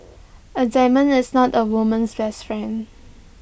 A diamond is not A woman's best friend